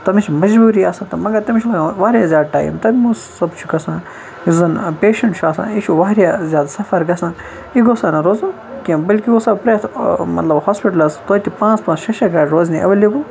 تٔمِس چھِ مَجبوٗری آسان تہٕ مَگر تٔمِس چھُ پیوان واریاہ زیادٕ ٹایِم تَمہِ سب چھُ گَژھان یُس زَن یہٕ پیشینٛٹ چھُ آسان یہِ چھُ واریاہ زیادٕ سفر گَژھان یہِ گۄس نہٕ روزُن کینٛہہ بٕلکہِ اوس اَتھ پرٛیتھ ہوسپِٹلَس توتہِ پانٛژھ پانٛژھ شےٚ شےٚ گاڈِ روزنہِ ایویلیبل